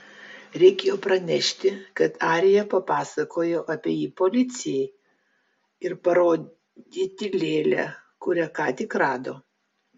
reikėjo pranešti kad arija papasakojo apie jį policijai ir parodyti lėlę kurią ką tik rado